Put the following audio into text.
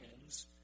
hands